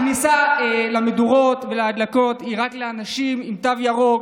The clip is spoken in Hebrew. הכניסה למדורות ולהדלקות היא רק לאנשים עם תו ירוק,